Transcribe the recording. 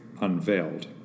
unveiled